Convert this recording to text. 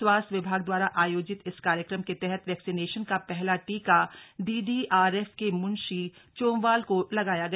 स्वास्थ्य विभाग द्वारा आयोजित इस कार्यक्रम के तहत वैक्सीनेशन का पहला टीका डीडीआरएफ के मुंशी चोमवाल को लगाया गया